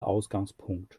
ausgangspunkt